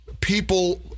people